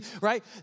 right